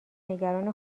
نگران